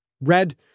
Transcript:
Red